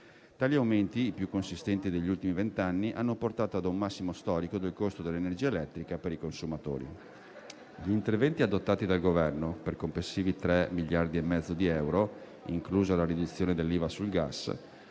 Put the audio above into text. Tali aumenti, i più consistenti degli ultimi vent'anni, hanno portato ad un massimo storico del costo dell'energia elettrica per i consumatori. Gli interventi adottati dal Governo per complessivi 3,5 miliardi di euro, inclusa la riduzione dell'IVA sul gas,